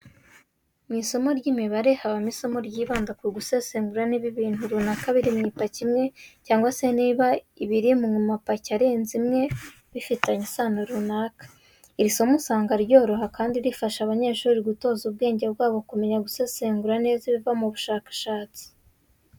Mu isomo ry'imibare habamo isomo ryibanda ku gusesengura niba ibintu runaka biri mu ipaki imwe cyangwa se niba ibiri mu mapaki arenze imwe bifitanye isano runaka. Iri somo usanga ryoroha kandi rifasha abanyeshuri gutoza ubwenge bwabo kumenya gusesengura neza ibiva mu bushakashatsi.